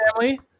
family